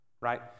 right